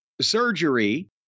surgery